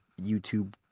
YouTube